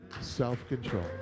self-control